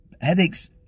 headaches